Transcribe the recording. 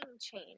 chain